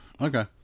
Okay